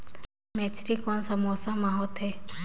मेझरी कोन सा मौसम मां होथे?